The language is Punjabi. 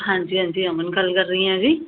ਹਾਂਜੀ ਹਾਂਜੀ ਅਮਨ ਗੱਲ ਕਰ ਰਹੀ ਹਾਂ ਜੀ